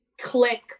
click